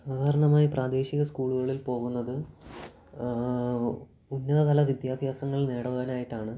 സാധാരണമായി പ്രാദേശിക സ്കൂളുകളിൽ പോകുന്നത് ഉന്നതതല വിദ്യാഭ്യാസങ്ങൾ നേടുവാനായിട്ടാണ്